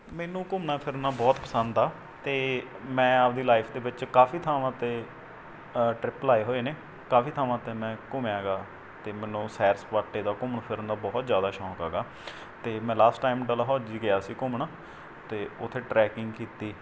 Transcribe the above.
ਮੈਨੂੰ ਘੁੰਮਦਾ ਫਿਰਨਾ ਬਹੁਤ ਪਸੰਦ ਆ ਅਤੇ ਮੈਂ ਆਪਣੀ ਲਾਈਫ ਦੇ ਵਿੱਚ ਕਾਫ਼ੀ ਥਾਵਾਂ 'ਤੇ ਟਰਿਪ ਲਗਾਏ ਹੋਏ ਨੇ ਕਾਫ਼ੀ ਥਾਵਾਂ 'ਤੇ ਮੈਂ ਘੁੰਮਿਆ ਹੈਗਾ ਅਤੇ ਮੈਨੂੰ ਸੈਰ ਸਪਾਟੇ ਦਾ ਘੁੰਮਣ ਫਿਰਨ ਦਾ ਬਹੁਤ ਜ਼ਿਆਦਾ ਸ਼ੌਂਕ ਹੈਗਾ ਅਤੇ ਮੈਂ ਲਾਸਟ ਟਾਈਮ ਡਲਹੋਜੀ ਗਿਆ ਸੀ ਘੁੰਮਣ ਅਤੇ ਉੱਥੇ ਟਰੈਕਿੰਗ ਕੀਤੀ